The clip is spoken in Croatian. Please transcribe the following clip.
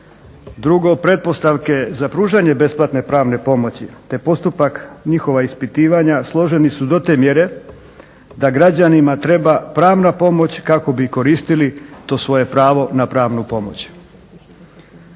Drugo, pretpostavke za pružanje besplatne pravne pomoći, te postupak njihova ispitivanja složeni su do te mjere da građanima treba pravna pomoć kako bi koristili to svoje pravo na pravnu pomoć.